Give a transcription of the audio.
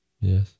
Yes